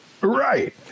Right